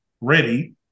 ready